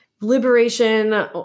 liberation